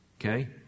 Okay